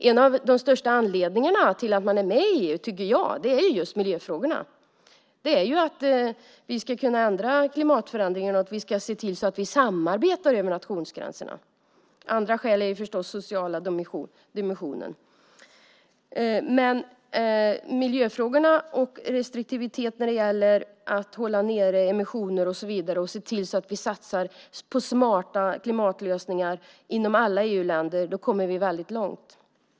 En av de största anledningarna till att man är med i EU tycker jag är just miljöfrågorna. Det är för att vi ska kunna påverka klimatförändringarna och samarbeta över nationsgränserna. Ett annat skäl är förstås den sociala dimensionen. Men med miljöfrågorna, restriktivitet med emissioner och så vidare och att se till så att vi satsar på smarta klimatlösningar i alla EU-länder kommer vi väldigt långt.